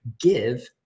give